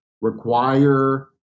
require